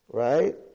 right